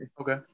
Okay